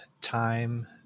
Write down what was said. time